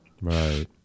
Right